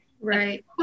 right